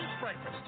breakfast